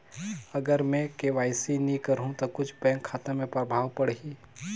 अगर मे के.वाई.सी नी कराहू तो कुछ बैंक खाता मे प्रभाव पढ़ी?